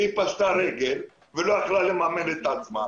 כי היא פשטה רגל ולא יכלה לממן את עצמה.